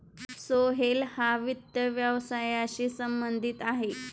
सोहेल हा वित्त व्यवसायाशी संबंधित आहे